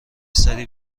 سری